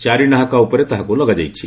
ଚାରିନାହାକା ଉପରେ ତାହାକୁ ଲଗାଯାଇଛି